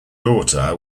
daughter